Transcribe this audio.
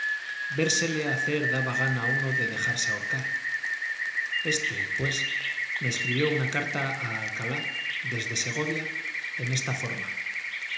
vérsele hacer daba gana a uno de dejarse ahorcar este pues me escribió una carta a alcalá desde segovia en esta forma